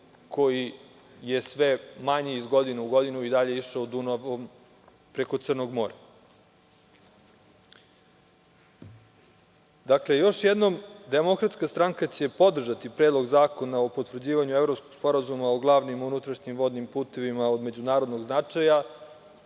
koji je sve manji iz godine u godinu, i dalje išao Dunavom preko Crnog Mora. Dakle, još jednom, Demokratska stranka će podržati Predlog zakona o potvrđivanju Evropskog sporazuma o glavnim unutrašnjim vodnim putevima od međunarodnog značaja,